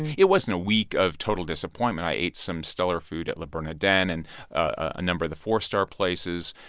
it wasn't a week of total disappointment. i ate some stellar food at le bernardin and ah number of the four-star places.